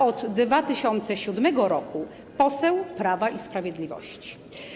Od 2007 r. poseł Prawa i Sprawiedliwości.